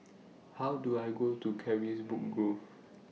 How Do I Go to Carisbrooke Grove